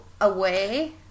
away